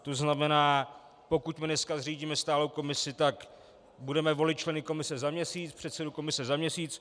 To znamená, pokud dneska zřídíme stálou komisi, tak budeme volit členy komise za měsíc, předsedu komise za měsíc.